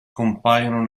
compaiono